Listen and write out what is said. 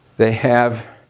they have